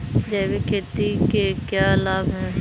जैविक खेती के क्या लाभ हैं?